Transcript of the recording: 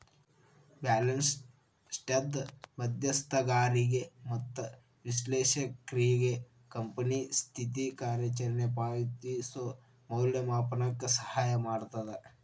balance ಶೇಟ್ದ್ ಮಧ್ಯಸ್ಥಗಾರಿಗೆ ಮತ್ತ ವಿಶ್ಲೇಷಕ್ರಿಗೆ ಕಂಪನಿ ಸ್ಥಿತಿ ಕಾರ್ಯಚರಣೆ ಪಾವತಿಸೋ ಮೌಲ್ಯಮಾಪನಕ್ಕ ಸಹಾಯ ಮಾಡ್ತದ